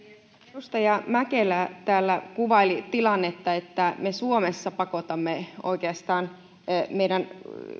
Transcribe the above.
edustaja mäkelä täällä kuvaili tilannetta että me suomessa oikeastaan pakotamme meidän